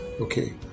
Okay